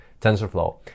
TensorFlow